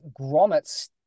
grommets